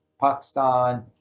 Pakistan